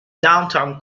downtown